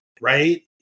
right